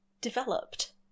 developed